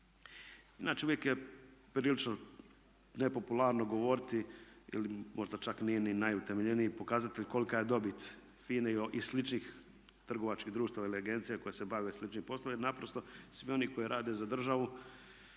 Inače uvijek je prilično nepopularno govoriti ili možda čak nije ni najutemeljeniji pokazatelj kolika je dobit FINA-e i sličnih trgovačkih društava ili agencija koje se bave sličnim poslovima jer naprosto svi oni koji rade za državu